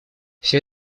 все